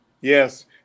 Yes